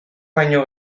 baino